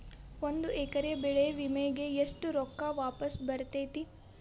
ಒಂದು ಎಕರೆ ಬೆಳೆ ವಿಮೆಗೆ ಎಷ್ಟ ರೊಕ್ಕ ವಾಪಸ್ ಬರತೇತಿ?